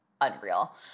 unreal